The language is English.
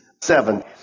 seven